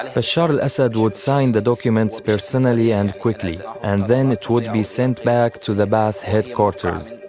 ah bashar al-assad would sign the documents personally and quickly and then it would be sent back to the ba'ath headquarters.